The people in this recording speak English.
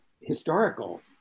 historical